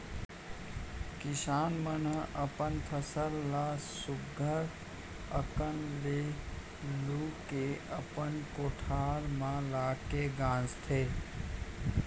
किसान मन ह अपन फसल ल सुग्घर अकन ले लू के अपन कोठार म लाके गांजथें